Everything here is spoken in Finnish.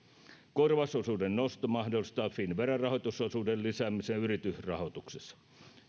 korvausosuuden nosto mahdollistaa finnveran rahoitusosuuden lisäämisen yritysrahoituksessa